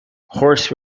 horse